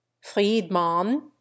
Friedman